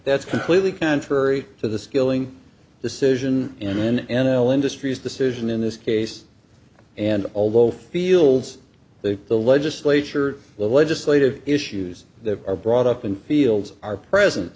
that's completely contrary to the skilling decision in n l industries decision in this case and although fields the the legislature the legislative issues that are brought up in fields are present